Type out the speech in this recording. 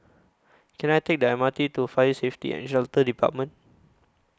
Can I Take The M R T to Fire Safety and Shelter department